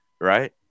Right